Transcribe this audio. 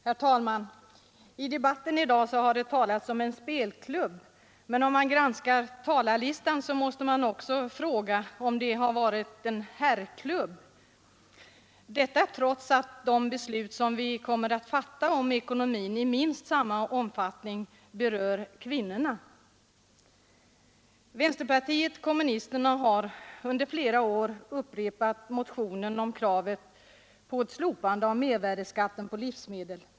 Herr talman! I debatten i dag har det talats om en spelklubb, men om man granskar talarlistan måste man också fråga om det är en herrklubb. Detta trots att de beslut som vi kommer att fatta om ekonomin i minst lika stor omfattning berör kvinnorna. Vänsterpartiet kommunisterna har under flera år i motioner upprepat kravet på ett slopande av mervärdeskatten på livsmedel.